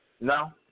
No